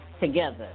together